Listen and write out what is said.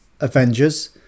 Avengers